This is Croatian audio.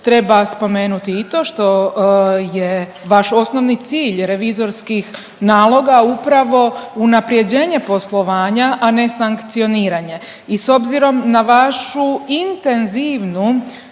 Treba spomenuti i to što je vaš osnovni cilj revizorskih naloga, upravo unaprjeđenje poslovanja, a ne sankcioniranje i s obzirom na vašu intenzivnu